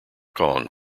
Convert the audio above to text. kong